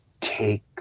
take